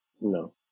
No